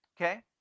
Okay